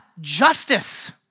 justice